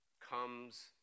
comes